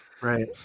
Right